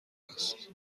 است